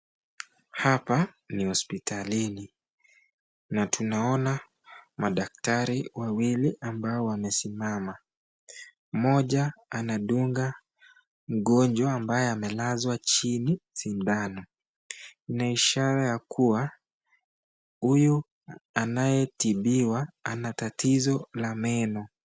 Hapa ni hospitalini na tunaona madaktari wawili ambao wanasimama moja anamtibu mgonjwa ambaye amalaswa chini sindano inaishara ya kuwa huyu anayetibiwa ana tatizo la meno.